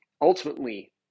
ultimately